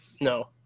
No